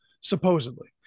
supposedly